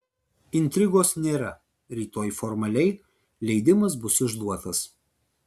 intrigos nėra rytoj formaliai leidimas bus išduotas